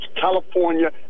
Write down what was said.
California